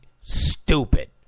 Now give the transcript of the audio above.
stupid